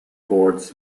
towards